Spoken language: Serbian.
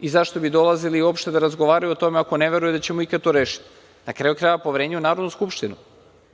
i zašto bi dolazili uopšte da razgovaraju o tome ako ne veruju da ćemo ikad to rešiti? Na kraju krajeva poverenje u Narodnu skupštinu.